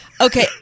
Okay